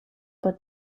but